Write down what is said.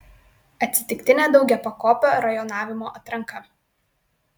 atsitiktinė daugiapakopio rajonavimo atranka